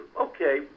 okay